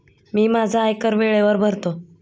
मी माझा आयकर वेळेवर भरतो